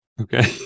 okay